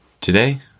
Today